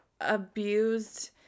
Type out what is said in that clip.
abused